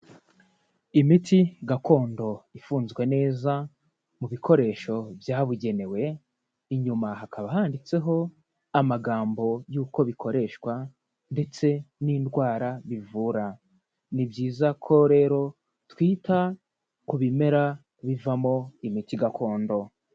Imiti gakondo ifunzwe neza mu bikoresho byabugenewe, inyuma hakaba handitseho amagambo y'uko bikoreshwa ndetse n'indwara bivura. Ni byiza ko rero twita ku bimera bivamo imiti gakondo.